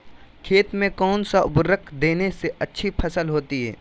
खेत में कौन सा उर्वरक देने से अच्छी फसल होती है?